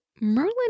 Merlin